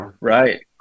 Right